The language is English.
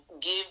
give